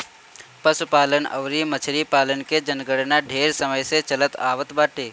पशुपालन अउरी मछरी पालन के जनगणना ढेर समय से चलत आवत बाटे